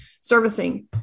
servicing